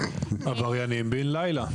עבריינים בן לילה.